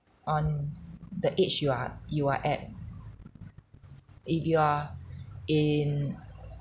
on the age you are you are at if you are in